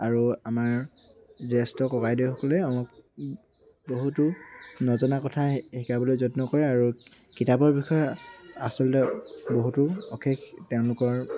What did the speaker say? আৰু আমাৰ জ্যেষ্ঠ ককাইদেউসকলে আমাক বহুতো নজনা কথা শিকাবলৈ যত্ন কৰে আৰু কিতাপৰ বিষয়ে আচলতে বহুতো অশেষ তেওঁলোকৰ